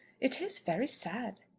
it is very sad.